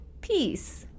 Peace